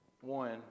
One